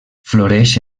floreix